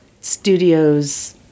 studios